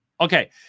Okay